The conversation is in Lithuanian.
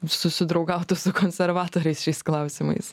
susidraugautų su konservatoriais šiais klausimais